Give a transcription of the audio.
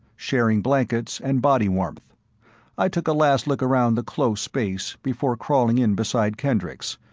sharing blankets and body warmth i took a last look around the close space before crawling in beside kendricks,